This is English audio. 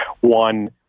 one